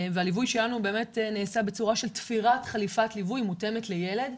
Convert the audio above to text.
הליווי שלנו נעשה בצורה של תפירת חליפת ליווי מותאמת לילד.